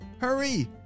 Hurry